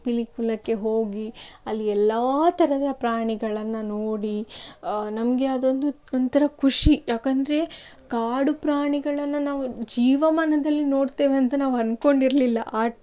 ಪಿಲಿಕುಲಕ್ಕೆ ಹೋಗಿ ಅಲ್ಲಿ ಎಲ್ಲಾ ಥರದ ಪ್ರಾಣಿಗಳನ್ನು ನೋಡಿ ನಮಗೆ ಅದೊಂದು ಒಂಥರ ಖುಷಿ ಯಾಕಂದರೆ ಕಾಡು ಪ್ರಾಣಿಗಳನ್ನು ನಾವು ಜೀವಮಾನದಲ್ಲಿ ನೋಡ್ತೇವಂತ ನಾವು ಅನ್ಕೊಂಡಿರಲಿಲ್ಲ ಆ